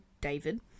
david